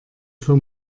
für